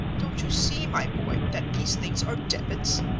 don't you see, my boy, that these things are debits?